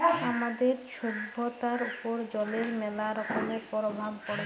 আমাদের ছভ্যতার উপর জলের ম্যালা রকমের পরভাব পড়ে